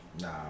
Nah